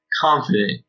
confident